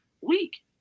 week